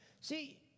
See